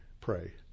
pray